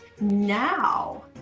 now